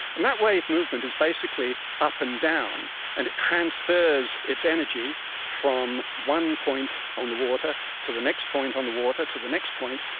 and that wave movement is basically up and down and it transfers its energy from one point on the water to the next point on the water to the next point,